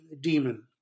demon